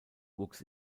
wuchs